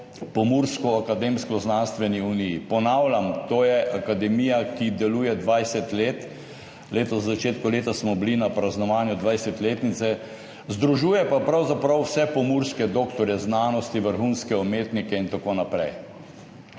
Pomurski akademsko-znanstveni uniji. Ponavljam, to je akademija, ki deluje 20 let, letos na začetku leta smo bili na praznovanju 20-letnice, združuje pa pravzaprav vse pomurske doktorje znanosti, vrhunske umetnike in tako naprej.